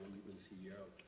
ceo.